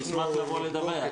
נשמח לבוא לדבר.